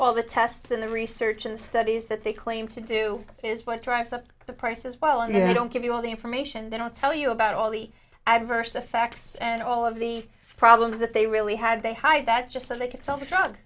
all the tests and the research and studies that they claim to do is what drives up the price as well and you don't give you all the information they don't tell you about all the adverse effects and all of the problems that they really had they hide that just so they